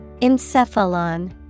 Encephalon